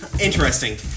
Interesting